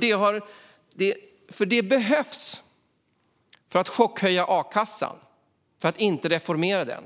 Detta behövs för att chockhöja a-kassan och inte reformera den.